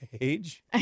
age